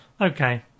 Okay